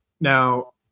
Now